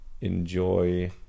enjoy